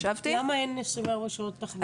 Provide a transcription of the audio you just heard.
למה אין 24 שעות תחבורה ציבורית?